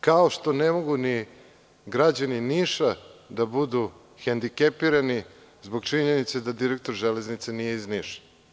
Kao što ne mogu ni građani Niša da budu hendikepirani zbog činjenice da direktor „Železnica“ nije iz Niša.